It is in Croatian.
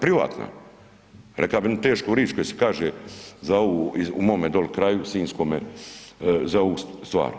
Privatna, reka bi jednu tešku rič koja se kaže za ovu u mome doli kraju sinjskome za ovu stvar.